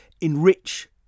enrich